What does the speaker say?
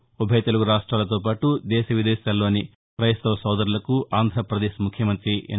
ఇక ఉభయ తెలుగు రాష్టాలతోపాటు దేశ విదేశాల్లోని క్రెస్తవ సోదరులకు ఆంధ్రాపదేశ్ ముఖ్యమంతి ఎన్